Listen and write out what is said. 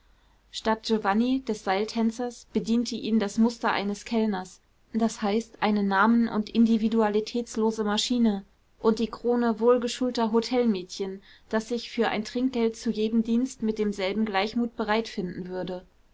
statt giovanni des seiltänzers bediente ihn das muster eines kellners das heißt eine namen und individualitätslose maschine und die krone wohlgeschulter hotelmädchen das sich für ein trinkgeld zu jedem dienst mit demselben gleichmut bereit finden würde